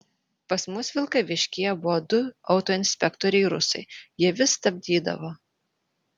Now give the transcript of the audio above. pas mus vilkaviškyje buvo du autoinspektoriai rusai jie vis stabdydavo